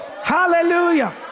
hallelujah